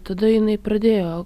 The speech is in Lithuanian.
tada jinai pradėjo